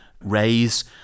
raise